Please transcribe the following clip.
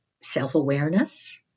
self-awareness